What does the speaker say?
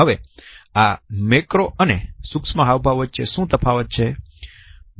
હવે આ મેક્રો અને સુક્ષ્મ હાવભાવ વચ્ચે શું તફાવત છે